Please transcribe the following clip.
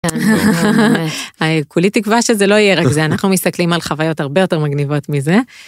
כולי תקווה שזה לא יהיה רק זה אנחנו מסתכלים על חוויות הרבה יותר מגניבות מזה.